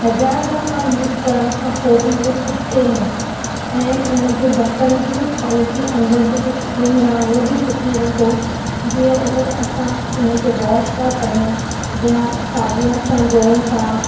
हज़ार दफ़ा यूज़ करण खां पोइ बि उहो टूटे न ऐं उन जो ढक्कन जी बि क्वालिटी अंदरि जेको स्प्रींग आहे उहा बि सुठी रखो जीअं उहो असां उन खे वॉश पिया कयूं या साबुण सां धोऊं था